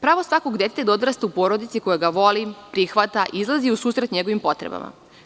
Pravo svakog deteta je da odrasta u porodici koja ga voli, prihvata i izlazi u susret njegovim potrebama.